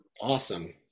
Awesome